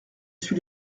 suis